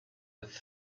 with